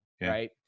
right